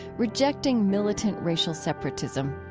rejecting militant racial separatism.